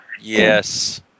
Yes